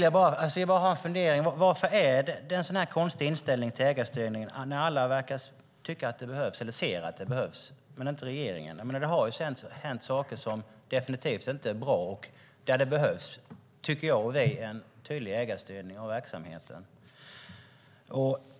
Jag har en fundering om varför det är en så konstig inställning till ägarstyrning när alla verkar anse att en sådan behövs - men inte regeringen. Det har hänt saker som definitivt inte är bra. Därför anser vi att det behövs en tydlig ägarstyrning av verksamheten.